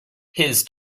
his